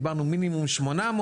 דיברנו על מינימום 800,